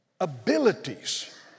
abilities